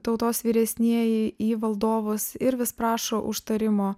tautos vyresnieji į valdovus ir vis prašo užtarimo